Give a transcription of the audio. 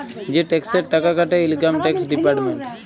যে টেকসের টাকা কাটে ইলকাম টেকস ডিপার্টমেল্ট